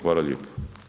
Hvala lijepa.